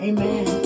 Amen